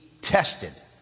tested